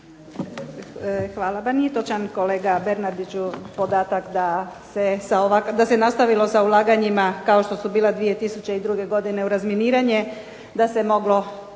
Hvala. Pa nije točan, kolega Bernardiću, podatak da se nastavilo sa ulaganjima kao što su bila 2002. godine u razminiranje, da se moglo